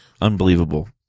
unbelievable